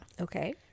Okay